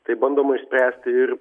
tai bandoma išspręsti ir